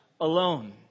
alone